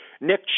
Nick